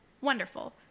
wonderful